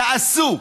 תעשו.